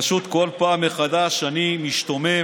ופשוט כל פעם מחדש אני משתומם